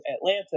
Atlanta